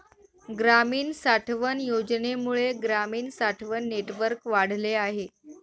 ग्रामीण साठवण योजनेमुळे ग्रामीण साठवण नेटवर्क वाढले आहे